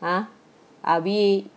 !huh! are we